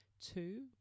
Two